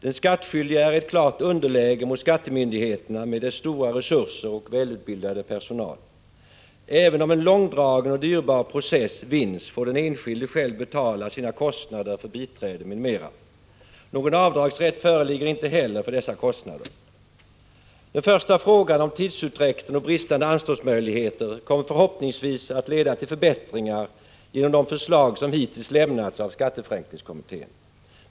Den skattskyldige är i klart underläge mot skattemyndigheten med dess stora resurser och väl utbildade personal. Även om en långdragen och dyrbar process vinns får den enskilde själv betala sina kostnader för biträde m.m. Någon avdragsrätt föreligger inte heller för dessa kostnader. Den första frågan om tidsutdräkten och bristande anståndsmöjligheter kommer förhoppningsvis att leda till förbättringar genom de förslag som hittills lämnats av skatteförenklingskommittén.